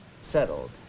settled